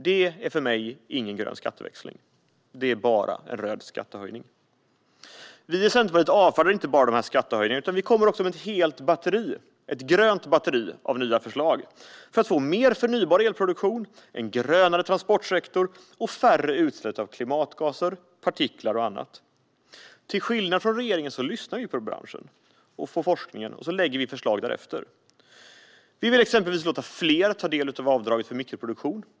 Det är för mig inte någon grön skatteväxling; det är bara en röd skattehöjning. Vi i Centerpartiet avfärdar inte bara de skattehöjningarna, utan vi kommer också med ett helt batteri - ett grönt batteri - av nya förslag för att få mer förnybar elproduktion, en grönare transportsektor och färre utsläpp av klimatgaser, partiklar och annat. Till skillnad från regeringen lyssnar vi på branschen och forskningen och lägger fram förslag därefter. Vi vill exempelvis låta fler ta del av avdraget för mikroproduktion.